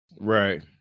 Right